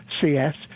CS